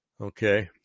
okay